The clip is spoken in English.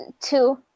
two